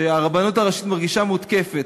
כשהרבנות הראשית מרגישה מותקפת,